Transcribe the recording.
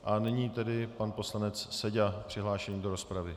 A nyní tedy pan poslanec Seďa přihlášený do rozpravy.